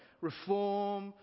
reform